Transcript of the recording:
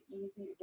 easy